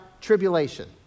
tribulation